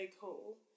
cool